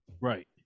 Right